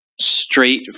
straight